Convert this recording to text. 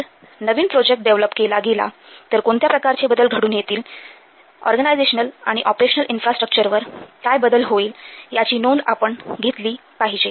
जर नवीन project develop केला गेला तर कोणत्या प्रकारचे बदल घडून येतील ऑर्गनायझेशनल आणि ऑपरेशनल इन्फ्रास्ट्रक्चरवर काय बदल होईल याची नोंद आपण घेतली पाहिजे